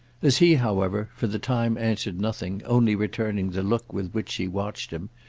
as he, however, for the time answered nothing, only returning the look with which she watched him,